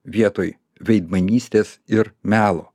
vietoj veidmainystės ir melo